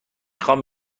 خوام